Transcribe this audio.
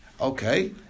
Okay